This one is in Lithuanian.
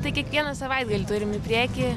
tai kiekvieną savaitgalį turim į priekį